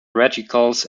radicals